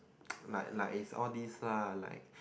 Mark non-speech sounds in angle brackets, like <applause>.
<noise> like like it's all this lah like